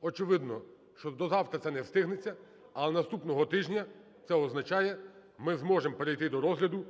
очевидно, що до завтра це не встигнеться. Але наступного тижня, це означає, ми зможемо перейти до розгляду